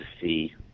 see